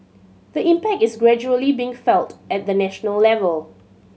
the impact is gradually being felt at the national level